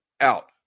out